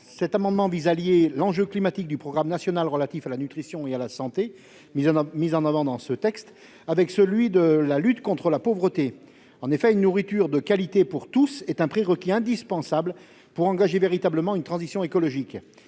Cet amendement vise à lier l'enjeu climatique du programme national relatif à la nutrition et à la santé, mis en avant dans ce texte, avec celui de la lutte contre la pauvreté. Une nourriture de qualité pour tous est un prérequis indispensable pour engager une véritable transition écologique.